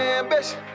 ambition